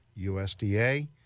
USDA